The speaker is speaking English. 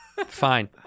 Fine